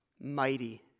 mighty